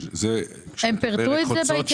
הם פירטו את זה בהתייחסות.